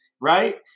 right